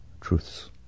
truths